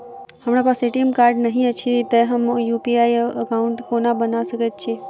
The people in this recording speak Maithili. हमरा पास ए.टी.एम कार्ड नहि अछि तए हम यु.पी.आई एकॉउन्ट कोना बना सकैत छी